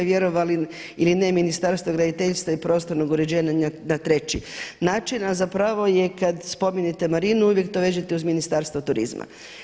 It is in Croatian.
Vjerovali ili ne Ministarstvo graditeljstva i prostornog uređenja na treći način, a zapravo je kad spomenete marinu uvijek to vežete uz Ministarstvo turizma.